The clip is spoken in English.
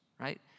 right